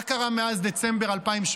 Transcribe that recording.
מה קרה מאז דצמבר 2017?